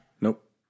Nope